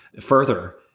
further